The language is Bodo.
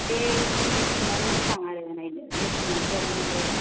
बै मिथिनाबो मोजां आरो नायनो मिथि नार्जारीनाबो